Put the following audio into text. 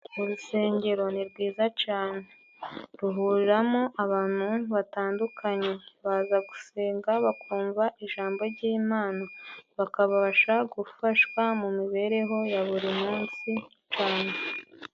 Urusengero ni rwiza cane ruhuriramo abantu batandukanye, baza gusenga bakumva ijambo g'imana bakabasha gufashwa mu mibereho ya buri munsi cane.